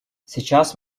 сейчас